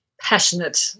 passionate